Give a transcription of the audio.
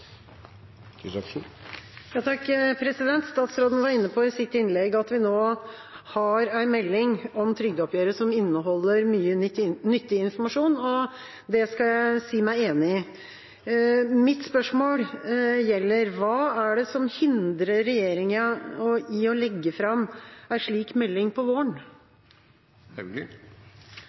Statsråden var inne på i sitt innlegg at vi nå har en melding om trygdeoppgjøret som inneholder mye nyttig informasjon, og det skal jeg si meg enig i. Mitt spørsmål gjelder følgende: Hva er det som hindrer regjeringa i å legge fram en slik melding på våren?